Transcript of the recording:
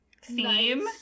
theme